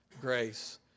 grace